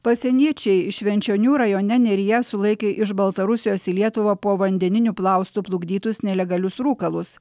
pasieniečiai švenčionių rajone neryje sulaikė iš baltarusijos į lietuvą povandeniniu plaustu plukdytus nelegalius rūkalus